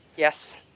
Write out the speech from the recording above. Yes